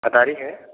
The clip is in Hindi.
अटारी है